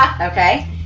Okay